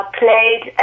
played